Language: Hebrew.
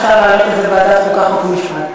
אפשר להעלות את זה בוועדת החוקה, חוק ומשפט,